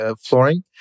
flooring